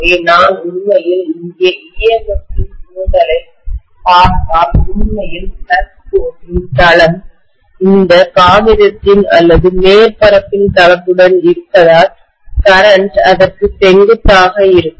ஆகவே நான் உண்மையில் இங்கே EMF இன் தூண்டலைப் பார்த்தால் உண்மையில் ஃப்ளக்ஸ் கோட்டின் தளம் இந்த காகிதத்தின் அல்லது மேற்பரப்பின் தளத்துடன் இருப்பதால் கரண்ட் அதற்கு செங்குத்தாக இருக்கும்